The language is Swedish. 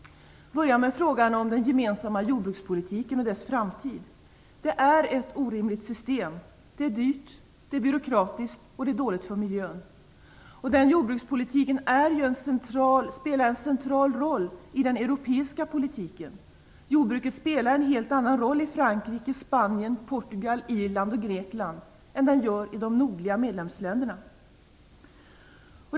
Jag börjar med frågan om den gemensamma jordbrukspolitiken och dess framtid. Det är ett orimligt system. Det är dyrt, det är byråkratiskt och det är dåligt för miljön. Jordbruket spelar en central roll i den europeiska politiken. Det spelar en helt annan roll i Frankrike, Spanien, Portugal, Irland och Grekland än det gör i de nordliga medlemsländerna.